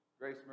Grace